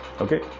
okay